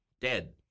dead